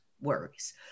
worries